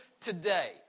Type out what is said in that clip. today